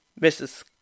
Mrs